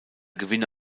gewinne